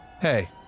Hey